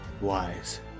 Wise